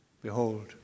Behold